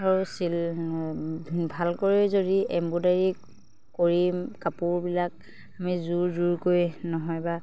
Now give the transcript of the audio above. আৰু চিল ভালকৰি যদি এম্ব্ৰইডাৰী কৰি কাপোৰবিলাক আমি যোৰ যোৰকৈ নহয় বা